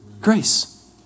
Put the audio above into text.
Grace